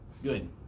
Good